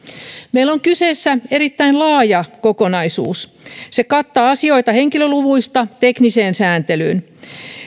meillä on kyseessä erittäin laaja kokonaisuus se kattaa asioita henkilöluvuista tekniseen sääntelyyn